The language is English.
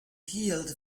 healed